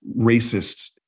racists